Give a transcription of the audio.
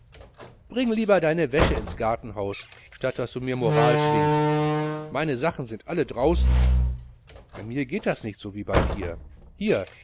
bring lieber deine wäsche ins gartenhaus statt daß du mir moral schwingst meine sachen sind alle draußen bei mir geht das nicht so wie bei dir hier